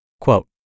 Quote